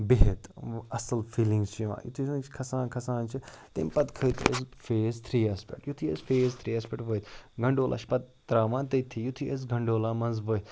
بِہِتھ وۄنۍ اَصٕل فیٖلِنٛگ چھِ یِوان یُتھُے زَن أسۍ کھسان کھسان چھِ تَمہِ پَتہٕ کھٔتۍ أسۍ فیز تھِرٛیٖیَس پٮ۪ٹھ یُتھُے أسۍ فیز تھرٛیٖیَس پٮ۪ٹھ وٲتۍ گَنڈولا چھِ پَتہٕ ترٛاوان تٔتھی یُتھُے أسۍ گَنڈولا منٛز ؤتھۍ